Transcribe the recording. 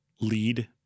lead